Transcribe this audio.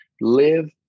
live